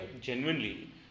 genuinely